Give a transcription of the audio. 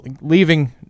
leaving